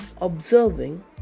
observing